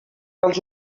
als